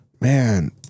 Man